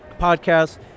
Podcast